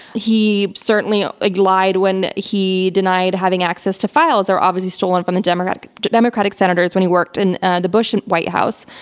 he certainly ah ah lied when he denied having access to files that are obviously stolen from the democratic democratic senators, when he worked in the bush in white house.